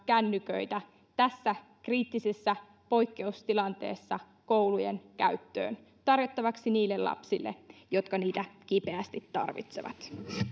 kännyköitä tässä kriittisessä poikkeustilanteessa koulujen käyttöön tarjottavaksi niille lapsille jotka niitä kipeästi tarvitsevat